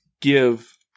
give